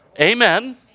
Amen